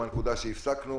מהנקודה שהפסקנו.